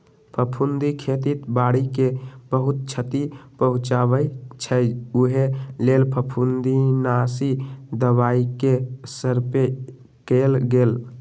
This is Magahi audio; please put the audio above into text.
फफुन्दी खेती बाड़ी के बहुत छति पहुँचबइ छइ उहे लेल फफुंदीनाशी दबाइके स्प्रे कएल गेल